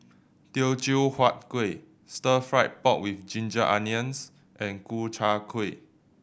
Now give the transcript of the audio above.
Teochew Huat Kuih Stir Fried Pork With Ginger Onions and Ku Chai Kuih